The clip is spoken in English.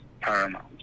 paramount